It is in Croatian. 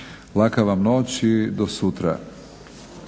Laka vam noć i do sutra.